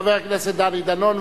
חבר הכנסת דני דנון.